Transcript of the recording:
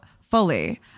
fully